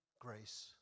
grace